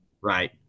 Right